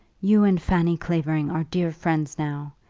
you and fanny clavering are dear friends now.